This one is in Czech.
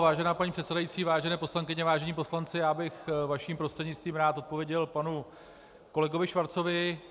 Vážená paní předsedající, vážené poslankyně, vážení poslanci, já bych vaším prostřednictvím rád odpověděl panu kolegovi Schwarzovi.